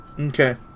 Okay